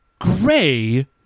Gray